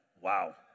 Wow